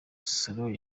salon